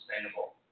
sustainable